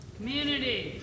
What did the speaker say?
Community